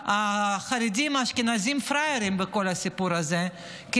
בכל הסיפור הזה החרדים האשכנזים פראיירים,